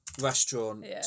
restaurant